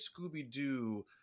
Scooby-Doo